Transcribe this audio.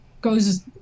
goes